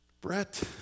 Brett